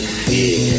fear